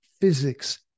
physics